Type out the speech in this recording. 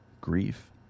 grief